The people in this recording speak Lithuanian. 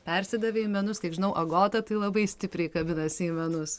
persidavė į menus kiek žinau agota tai labai stipriai kabinasi į menus